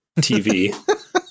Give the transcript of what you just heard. TV